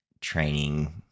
training